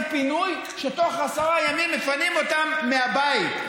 פינוי שתוך עשרה ימים מפנים אותם מהבית.